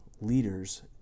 leaders